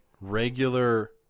regular